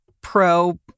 Pro